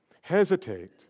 hesitate